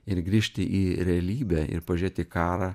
ir grįžti į realybę ir pažiūrėt į karą